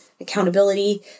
accountability